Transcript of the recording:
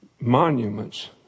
monuments